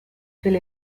till